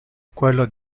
quello